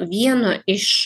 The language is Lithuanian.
vieno iš